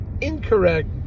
incorrect